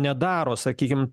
nedaro sakykim